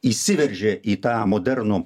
įsiveržė į tą modernų